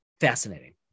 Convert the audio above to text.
fascinating